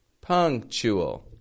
Punctual